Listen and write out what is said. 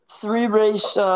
three-race